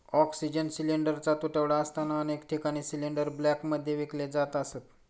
oxygen सिलिंडरचा तुटवडा असताना अनेक ठिकाणी सिलिंडर ब्लॅकमध्ये विकले जात असत